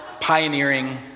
pioneering